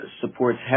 supports